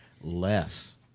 less